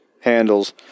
handles